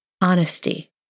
honesty